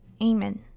Amen